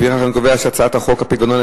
לפיכך אני קובע שהצעת חוק הפיקדון על